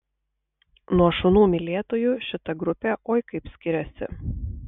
nuo šunų mylėtojų šita grupė oi kaip skiriasi